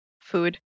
food